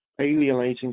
alienating